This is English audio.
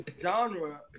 Genre